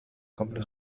قبل